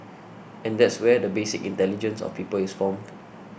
and that's where the basic intelligence of people is formed